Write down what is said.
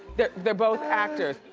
they're they're both actors.